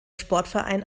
sportverein